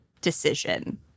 decision